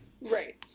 Right